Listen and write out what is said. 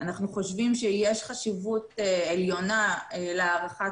אנחנו חושבים שיש חשיבות עליונה להארכת